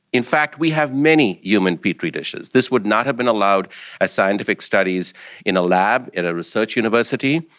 in fact we have many human petri dishes. this would not have been allowed as scientific studies in a lab, in a research university.